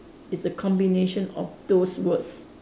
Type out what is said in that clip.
is a combination of those words